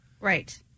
Right